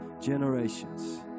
generations